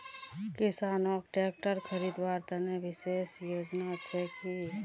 किसानोक ट्रेक्टर खरीदवार तने विशेष योजना छे कि?